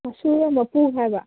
ꯃꯁꯨꯒ ꯃꯄꯨꯒ ꯍꯥꯏꯕ